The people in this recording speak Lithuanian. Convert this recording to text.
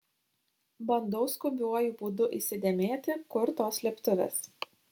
bandau skubiuoju būdu įsidėmėti kur tos slėptuvės